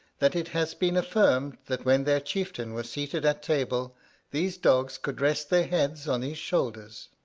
that it has been affirmed, that when their chieftain was seated at table these dogs could rest their heads on his shoulders.